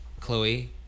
Chloe